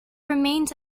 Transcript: remained